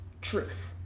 truth